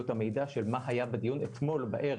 את המידע של מה היה בדיון אתמול בערב,